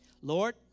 Lord